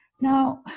Now